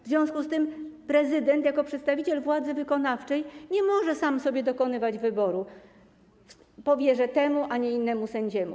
W związku z tym prezydent jako przedstawiciel władzy wykonawczej nie może sam sobie dokonywać wyboru: powierzę temu, a nie innemu sędziemu.